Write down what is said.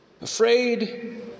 Afraid